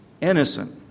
innocent